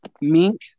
mink